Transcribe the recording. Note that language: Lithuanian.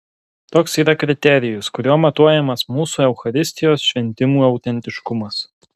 toks yra kriterijus kuriuo matuojamas mūsų eucharistijos šventimų autentiškumas